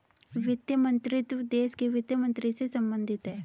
वित्त मंत्रीत्व देश के वित्त मंत्री से संबंधित है